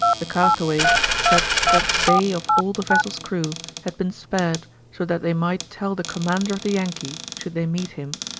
the castaways said that they of all the vessel's crew had been spared so that they might tell the commander of the yankee, should they meet him,